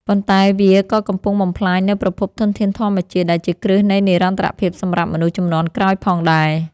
ប៉ុន្តែវាក៏កំពុងបំផ្លាញនូវប្រភពធនធានធម្មជាតិដែលជាគ្រឹះនៃនិរន្តរភាពសម្រាប់មនុស្សជំនាន់ក្រោយផងដែរ។